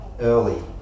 Early